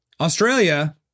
Australia